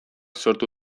sortu